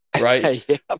right